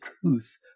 truth